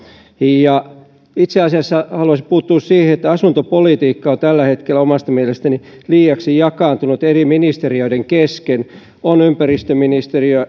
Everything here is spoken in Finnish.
itse asiassa haluaisin puuttua siihen että asuntopolitiikka on tällä hetkellä omasta mielestäni liiaksi jakaantunut eri ministeriöiden kesken on ympäristöministeriö